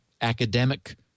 academic